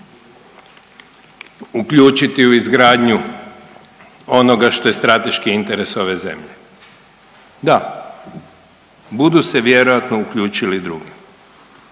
uključiti u izgradnju onoga što je strateški interes ove zemlje. Da, budu su vjerojatno uključili i drugi.